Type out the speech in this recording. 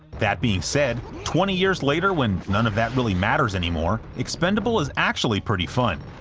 that being said, twenty years later when none of that really matters anymore, expendable is actually pretty fun.